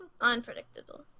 Unpredictable